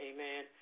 Amen